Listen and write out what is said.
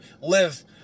live